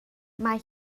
mae